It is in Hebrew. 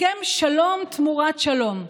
הסכם שלום תמורת שלום.